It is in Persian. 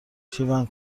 شیون